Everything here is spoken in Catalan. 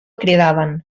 cridaven